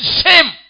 shame